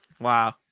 Wow